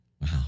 Wow